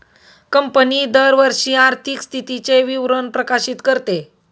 company दरवर्षी आर्थिक स्थितीचे विवरण प्रकाशित करते